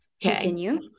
continue